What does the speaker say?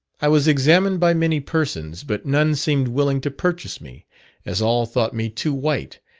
i was examined by many persons, but none seemed willing to purchase me as all thought me too white,